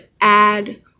add